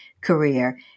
career